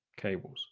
cables